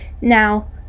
Now